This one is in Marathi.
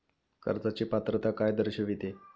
कर्जाची पात्रता काय दर्शविते?